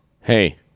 hey